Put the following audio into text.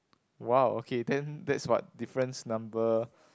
!wow! okay then that's what difference number